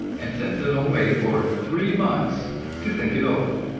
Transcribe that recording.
and sends them away for three months to think it over.